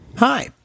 Hi